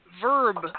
verb